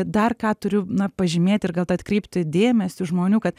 dar ką turiu na pažymėti ir kad atkreipti dėmesį žmonių kad